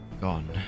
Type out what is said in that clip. Gone